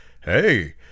Hey